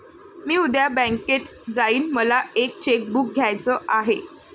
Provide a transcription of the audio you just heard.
मी उद्या बँकेत जाईन मला एक चेक बुक घ्यायच आहे